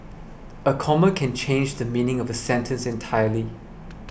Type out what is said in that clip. a comma can change the meaning of a sentence entirely